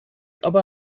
aber